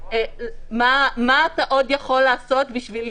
מה אתה עוד יכול לעשות בשביל